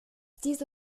diese